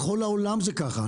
בכל העולם זה ככה.